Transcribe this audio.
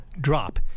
drop